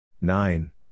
Nine